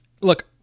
Look